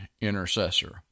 intercessor